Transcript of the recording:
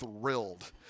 thrilled